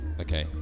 Okay